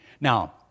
Now